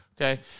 okay